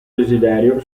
desiderio